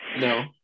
no